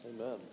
Amen